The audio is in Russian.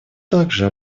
также